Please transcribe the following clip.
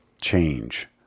change